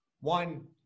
One